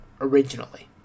originally